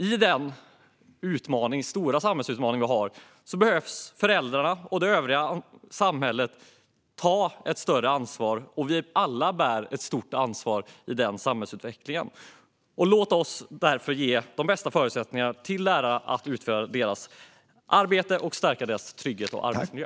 I den stora samhällsutmaning vi har behöver föräldrarna och det övriga samhället ta ett större ansvar. Vi bär alla ett stort ansvar i den samhällsutvecklingen. Låt oss därför ge de bästa förutsättningarna till lärare att utföra sitt arbete och stärka deras trygghet och arbetsmiljö.